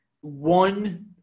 one